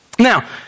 Now